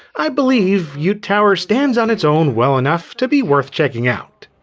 i believe yoot tower stands on its own well enough to be worth checking out.